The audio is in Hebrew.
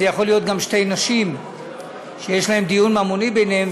זה יכול להיות גם שתי נשים שיש להן דיון ממוני ביניהן,